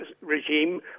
regime